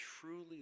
truly